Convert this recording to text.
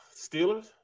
Steelers